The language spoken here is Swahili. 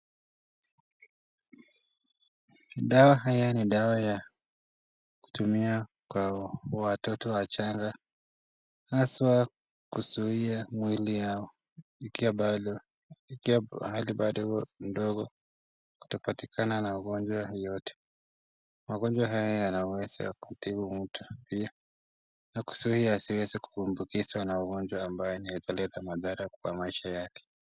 Dawa haya ni dawa ya kutumia kuwaokoa watoto wachanga haswa kuzuia mwili yao ikiwa mahali bado ndogo kutopatikane na ugonjwa yoyote. Madawa haya yanaweza kutibu mtu pia nakuzuia kuambukizwa na ugonjwa ambao unaeza kuleta madhara kwa maisha yake.